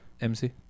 MC